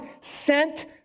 sent